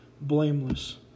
blameless